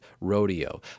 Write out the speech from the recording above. Rodeo